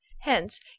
hence